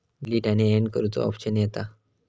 delete आणि add करुचो option येता